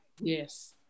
yes